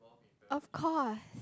of course